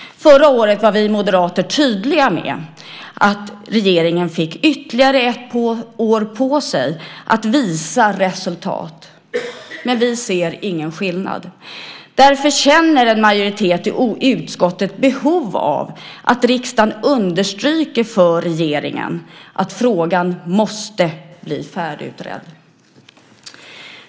Förra året var vi moderater tydliga med att regeringen fick ytterligare ett år på sig att visa resultat, men vi ser ingen skillnad. Därför känner en majoritet i utskottet behov av att riksdagen understryker för regeringen att frågan måste bli färdigutredd.